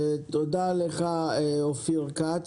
תודה לך, אופיר כץ.